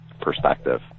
perspective